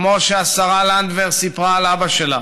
כמו שהשרה לנדבר סיפרה על אבא שלה,